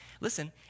listen